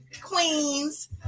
queens